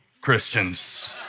Christians